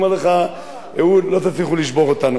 אומר לך, אהוד, לא תצליחו לשבור אותנו.